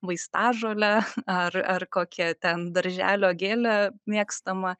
vaistažolę ar ar kokią ten darželio gėlę mėgstamą